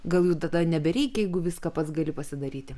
gal jų tada nebereikia jeigu viską pats gali pasidaryti